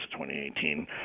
2018